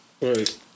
Right